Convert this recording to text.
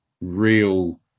real